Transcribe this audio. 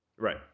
Right